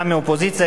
גם מהאופוזיציה,